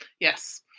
Yes